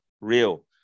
real